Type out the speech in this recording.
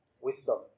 Wisdom